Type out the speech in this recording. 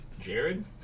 Jared